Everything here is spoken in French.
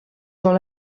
dans